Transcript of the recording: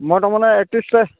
মই তাৰমানে একত্ৰিশ